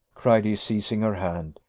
cried he, seizing her hand,